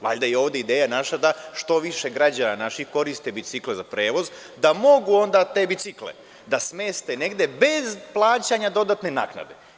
Valjda je ovde naša ideja da što više naših građana koriste bicikle za prevoz, da mogu onda te bicikle da smeste negde bez plaćanje dodatne naknade.